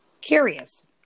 curious